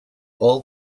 all